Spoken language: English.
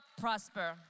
prosper